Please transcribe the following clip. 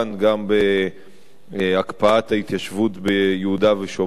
גם בהקפאת ההתיישבות ביהודה ושומרון,